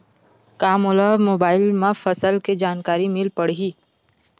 का मोला मोबाइल म फसल के जानकारी मिल पढ़ही?